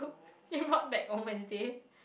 he brought back on Wednesday